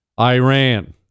Iran